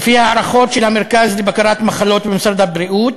לפי הערכות של המרכז לבקרת מחלות במשרד הבריאות,